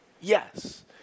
Yes